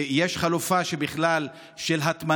יש חלופה של הטמנה,